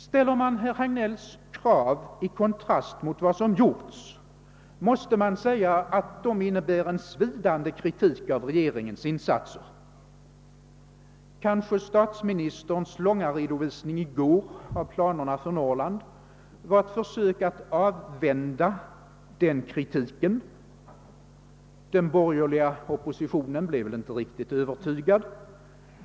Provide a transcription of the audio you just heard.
Ställer man herr Hagnells krav i kontrast mot vad som gjorts, måste man säga att de innebär en svidande kritik av regeringens insatser. Kanske statsministerns långa redovisning i går av planerna för Norrland var ett försök att avvända den kritiken — den borgerliga oppositionen blev nog inte riktigt övertygad.